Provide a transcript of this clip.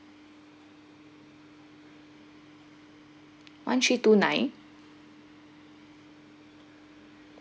one three two nine